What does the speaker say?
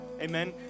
Amen